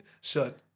Shut